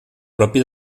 propi